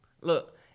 Look